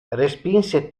respinse